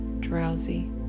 drowsy